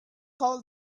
call